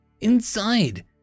Inside